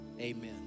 amen